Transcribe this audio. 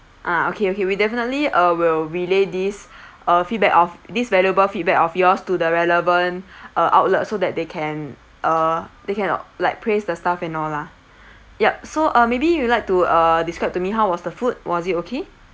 ah okay okay we definitely uh will relay this uh feedback of this valuable feedback of yours to the relevant uh outlet so that they can uh they can like praise the staff and all lah yup so uh maybe you would like to uh describe to me how was the food was it okay